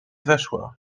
weszła